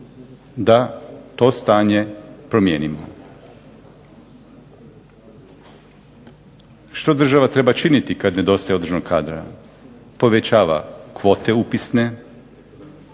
da to stanje promijenimo? Što država treba činiti kad nedostaje određenog kadra? Povećava kvote upisne,